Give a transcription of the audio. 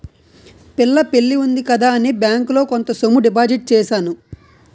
పిల్ల పెళ్లి ఉంది కదా అని బ్యాంకులో కొంత సొమ్ము డిపాజిట్ చేశాను